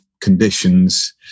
conditions